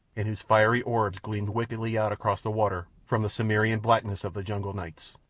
and whose fiery orbs gleamed wickedly out across the water from the cimmerian blackness of the jungle nights.